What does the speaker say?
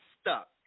stuck